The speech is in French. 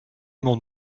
mon